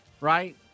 right